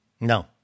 No